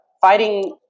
fighting